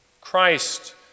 Christ